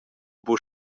buca